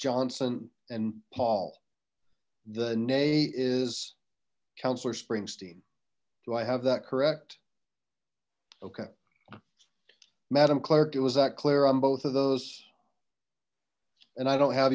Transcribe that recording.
johnson and paul the nay is councillor springsteen do i have that correct okay madam clerk it was that clear on both of those and i don't have